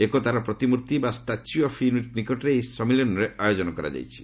ଏକତା ପ୍ରତିମୂର୍ତ୍ତି ବା ଷ୍ଟାଚ୍ୟୁ ଅଫ୍ ୟୁନିଟ୍ ନିକଟରେ ଏହି ସମ୍ମିଳନୀର ଆୟୋଜନ କରାଯାଇଛି